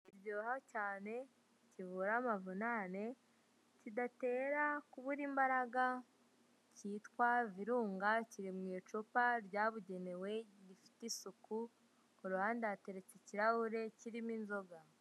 Kiryoha cyane, kivura amavunane, kidatera kubura imbaraga kitwa virunga kiri mu icupa ryabugenewe rifite isuku, ku ruhande hateretse ikirahure kirimo imboga.